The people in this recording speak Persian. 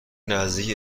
نزدیکی